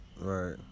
right